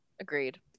Agreed